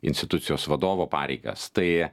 institucijos vadovo pareigas tai